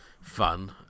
fun